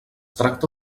tracta